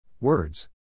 Words